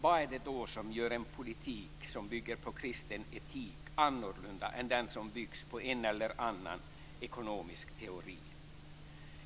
Vad är det då som gör en politik som bygger på kristen etik annorlunda än den som byggs på en eller annan ekonomisk teori?